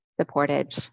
supported